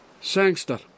Sangster